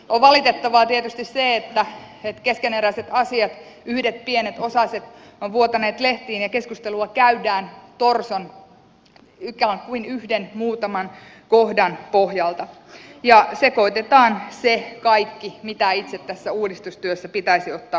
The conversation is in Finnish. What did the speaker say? on valitettavaa tietysti se että keskeneräiset asiat yhdet pienet osaset ovat vuotaneet lehtiin ja keskustelua käydään torson ikään kuin yhden muutaman kohdan pohjalta ja sekoitetaan se kaikki mitä itse tässä uudistustyössä pitäisi ottaa huomioon